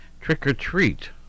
trick-or-treat